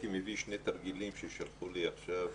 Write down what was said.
הייתי מביא שני תרגילים ששלחו לי עכשיו